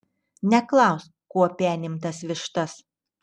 neklausk kuo penim tas vištas